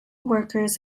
workers